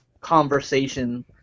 conversation